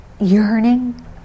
yearning